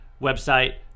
website